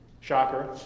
Shocker